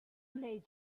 made